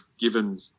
given